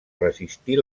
resistir